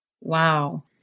Wow